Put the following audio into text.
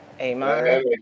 Amen